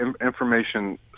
information